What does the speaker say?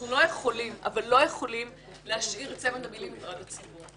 אנחנו לא יכולים להשאיר את צמד מילים "הפרעה לציבור".